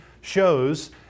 shows